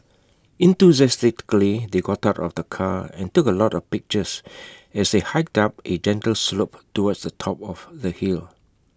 enthusiastically they got out of the car and took A lot of pictures as they hiked up A gentle slope towards the top of the hill